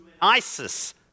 ISIS